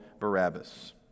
Barabbas